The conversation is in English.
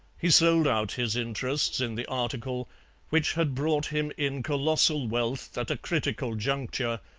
he sold out his interests in the article which had brought him in colossal wealth at a critical juncture,